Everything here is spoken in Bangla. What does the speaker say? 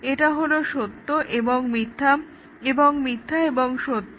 এটা হলো সত্য এবং মিথ্যা এবং মিথ্যা এবং সত্য